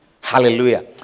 hallelujah